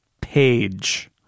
page